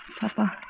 papa